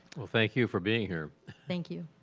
well, thank you for being here. thank you.